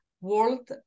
world